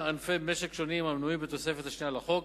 ענפי משק שונים המנויים בתוספת השנייה לחוק,